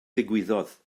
ddigwyddodd